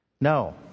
No